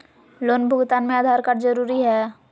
Loan भुगतान में Aadhaar card जरूरी है?